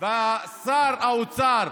שר האוצר,